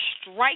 strike